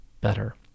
better